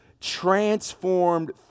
transformed